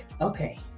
okay